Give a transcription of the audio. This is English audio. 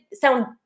sound